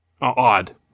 Odd